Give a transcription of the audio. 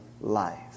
life